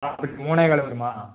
அதுக்கு மூணே கால் வருமா